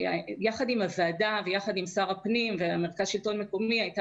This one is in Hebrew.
יחד עם הוועדה ויחד עם שר הפנים ומרכז השלטון המקומי הייתה